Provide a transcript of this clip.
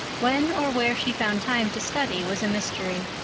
when or where she found time to study was a mystery,